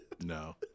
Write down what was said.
No